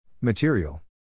Material